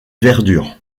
verdure